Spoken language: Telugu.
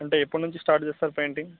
అంటే ఎప్పటి నుంచి స్టార్ట్ చేస్తారు పెయింటింగ్